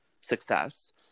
success